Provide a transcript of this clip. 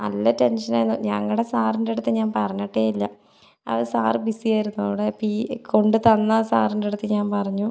നല്ല ടെൻഷൻ ആയിരുന്നു ഞങ്ങളുടെ സാറിൻ്റെ അടുത്ത് ഞാൻ പറഞ്ഞിട്ടേ ഇല്ല അത് സാറ് ബിസി ആയിരുന്നത് കൊണ്ട് ഈ കൊണ്ടു തന്ന സാറിൻ്റെ അടുത്ത് ഞാൻ പറഞ്ഞു